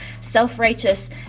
self-righteous